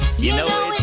you know